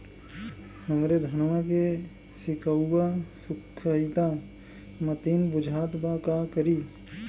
हमरे धनवा के सीक्कउआ सुखइला मतीन बुझात बा का करीं?